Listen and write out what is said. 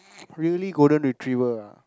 really golden retriever ah